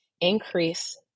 increase